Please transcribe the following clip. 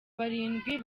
barindwi